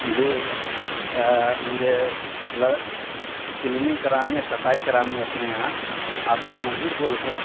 جی مجھے کلینگ کرانی ہے صفائی کرانی ہے اپنے یہاں آپ مزدور بول رہے